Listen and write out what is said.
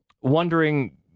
wondering